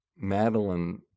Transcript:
madeline